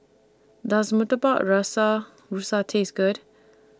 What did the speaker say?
Does Murtabak Rusa Taste Good